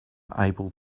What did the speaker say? able